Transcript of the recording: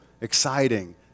exciting